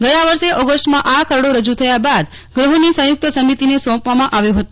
ગયા વર્ષે ઓગસ્ટમાં આ ખરડો રજૂ થયા બાદ ગૃહની સંચુક્ત સમિતિને સોંપવામાં આવ્યો હતો